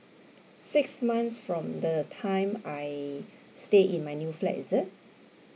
six months from the time I stayed in my new flat is it